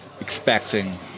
expecting